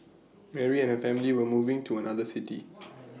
Mary and her family were moving to another city